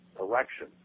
election